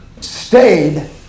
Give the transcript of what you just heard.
stayed